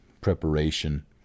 preparation